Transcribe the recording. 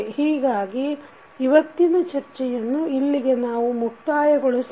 ಹೀಗಾಗಿ ಇವತ್ತಿನ ಚರ್ಚೆಯನ್ನು ಇಲ್ಲಿಗೆ ನಾವು ಮುಕ್ತಾಯಗೊಳಿಸೋಣ